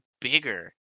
bigger